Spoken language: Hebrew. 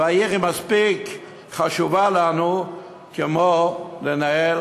והעיר מספיק חשובה לנו, כמו בניהול